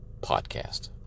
podcast